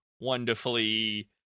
wonderfully